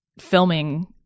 filming